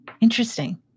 Interesting